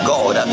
God